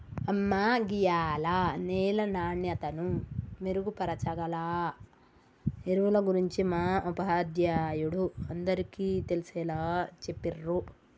అమ్మ గీయాల నేల నాణ్యతను మెరుగుపరచాగల ఎరువుల గురించి మా ఉపాధ్యాయుడు అందరికీ తెలిసేలా చెప్పిర్రు